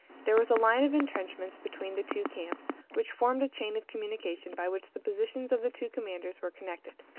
there was a line of intrenchments between the two camps, which formed a chain of communication by which the positions of the two commanders were connected.